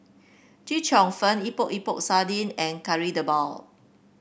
Chee Cheong Fun Epok Epok Sardin and Kari Debal